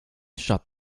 sought